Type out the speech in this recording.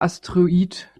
asteroid